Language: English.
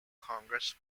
congress